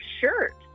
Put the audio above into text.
shirt